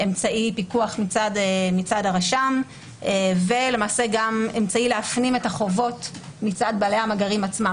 אמצעי פיקוח מצד הרשם ואמצעי להפנים את החובות מטעם בעלי המאגרים עצמם,